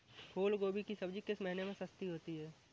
फूल गोभी की सब्जी किस महीने में सस्ती होती है?